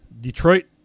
Detroit